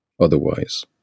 otherwise